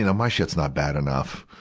you know my shit's not bad enough.